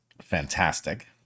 fantastic